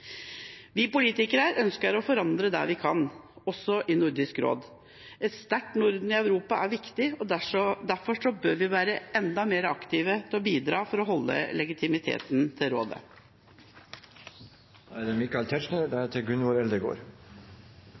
vi skal lykkes. Vi politikere ønsker å forandre det vi kan, også i Nordisk råd. Et sterkt Norden i Europa er viktig, derfor bør vi være enda mer aktive i å bidra for å beholde legitimiteten til rådet. Det